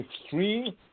extreme